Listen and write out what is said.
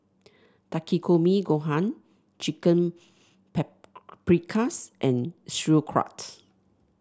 Takikomi Gohan Chicken Paprikas and Sauerkraut